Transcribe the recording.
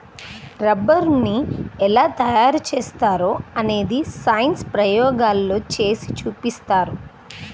రబ్బరుని ఎలా తయారు చేస్తారో అనేది సైన్స్ ప్రయోగాల్లో చేసి చూపిస్తారు